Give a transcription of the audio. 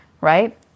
right